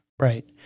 Right